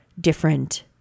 different